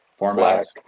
formats